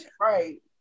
right